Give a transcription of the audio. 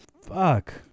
Fuck